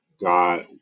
God